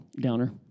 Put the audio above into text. downer